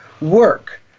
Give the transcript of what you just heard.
work